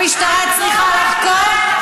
המשטרה צריכה לחקור,